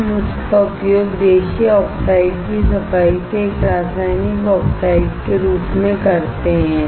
हम इसका उपयोग नेटिव ऑक्साइड से रासायनिक ऑक्साइड की सफाई के रूप में करते हैं